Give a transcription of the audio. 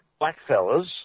blackfellas